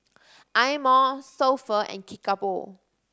Eye Mo So Pho and Kickapoo